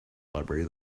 library